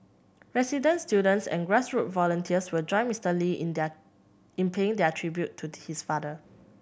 residents students and volunteers will join Mister Lee in their in paying their tribute to his father